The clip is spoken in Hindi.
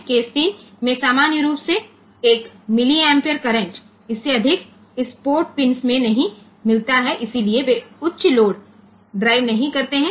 केस3 में सामान्य रूप से एक मिलिएम्पेरे करंट इससे अधिक इस पोर्ट पिंस में नहीं मिलता है इसलिए वे उच्च लोड ड्राइव नहीं करते है